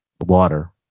Water